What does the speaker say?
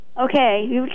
Okay